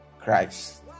Christ